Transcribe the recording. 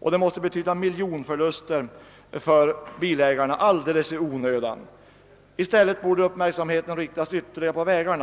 Det måste betyda miljonförluster för bilägarna alldeles i onödan. I stället borde uppmärksamheten riktas på förbättring av vä garna.